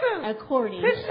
according